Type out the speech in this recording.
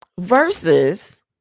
Versus